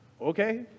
Okay